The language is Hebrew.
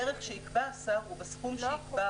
בדרך שיקבע השר ובסכום שיקבע,